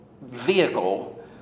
vehicle